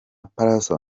pallaso